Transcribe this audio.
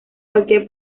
cualquier